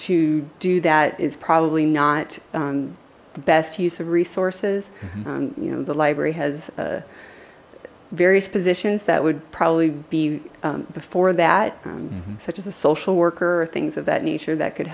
to do that is probably not the best use of resources you know the library has various positions that would probably be before that such as a social worker or things of that nature that could